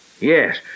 Yes